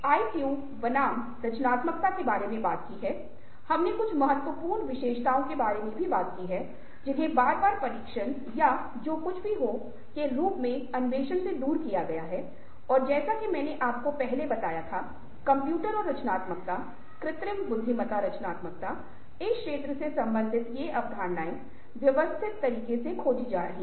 IQ बनाम रचनात्मकता के बारे में बात की है हमने कुछ महत्वपूर्ण विशेषताओं के बारे में बात की है जिन्हें बार बार परीक्षण या जो कुछ भी हो के रूप में अन्वेषण से दूर किया गया है और जैसा कि मैंने आपको पहले बताया था कंप्यूटर और रचनात्मकता कृत्रिम बुद्धिमत्ता रचनात्मकता इस क्षेत्र से संबंधित ये अवधारणाएँ व्यवस्थित तरीके से खोजी जा रही हैं